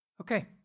Okay